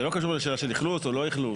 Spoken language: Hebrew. זה לא קשור לשאלה של אכלוס או לא אכלוס.